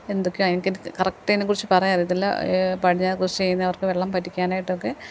എന്തൊക്കെ എനിക്ക് കറക്റ്റ് അതിനെക്കുറിച്ച് പറയാൻ അറിയത്തില്ല പണ്ട് ഞാൻ കൃഷി ചെയ്യുന്നവർക്ക് വെള്ളം വറ്റിക്കാനായിട്ടൊക്കെ